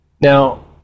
Now